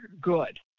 good